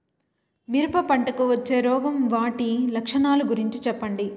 మిరప పంటకు వచ్చే రోగం వాటి లక్షణాలు గురించి చెప్పండి?